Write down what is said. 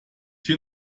hier